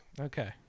Okay